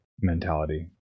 mentality